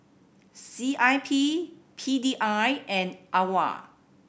C I P P D I and AWARE